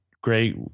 great